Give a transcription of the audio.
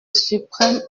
suprêmes